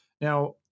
Now